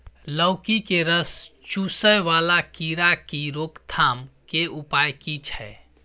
लौकी के रस चुसय वाला कीरा की रोकथाम के उपाय की छै?